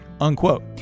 Unquote